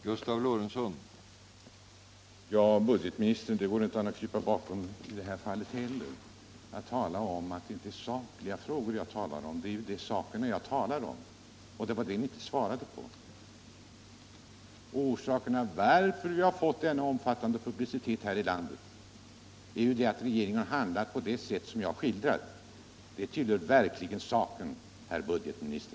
Herr talman! Nej, herr budgetminister, det går inte an att krypa bakom i det här fallet heller och påstå att det inte är sakliga frågor jag talar om. Det är just sakfrågor jag ställer, och det är dem ni inte svarar på. Orsaken till att vi har fått denna omfattande publicitet här i landet är ju att regeringen har handlat på det sätt som jag skildrar. Det tillhör verkligen saken, herr budgetminister.